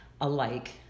alike